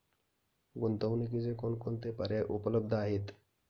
गुंतवणुकीचे कोणकोणते पर्याय उपलब्ध आहेत?